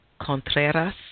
Contreras